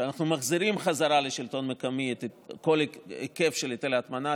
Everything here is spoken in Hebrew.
אנחנו מחזירים בחזרה לשלטון המקומי את כל ההיקף של היטל ההטמנה,